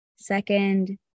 second